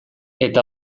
eta